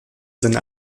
seine